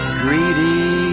greedy